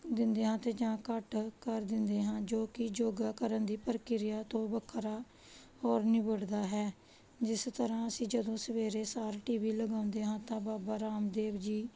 ਦਿੰਦੇ ਹਾਂ ਅਤੇ ਜਾਂ ਘੱਟ ਕਰ ਦਿੰਦੇ ਹਾਂ ਜੋ ਕਿ ਯੋਗਾ ਕਰਨ ਦੀ ਪ੍ਰਕਿਰਿਆ ਤੋਂ ਵੱਖਰਾ ਹੋ ਨਿਬੜਦਾ ਹੈ ਜਿਸ ਤਰ੍ਹਾਂ ਅਸੀਂ ਜਦੋਂ ਸਵੇਰੇ ਸਾਰ ਟੀਵੀ ਲਗਾਉਂਦੇ ਹਾਂ ਤਾਂ ਬਾਬਾ ਰਾਮਦੇਵ ਜੀ